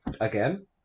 Again